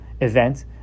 event